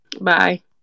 Bye